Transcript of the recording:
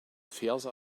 verse